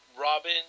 Robin